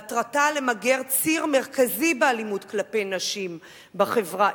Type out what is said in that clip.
מטרתה למגר ציר מרכזי באלימות כלפי נשים בחברה,